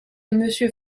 monsieur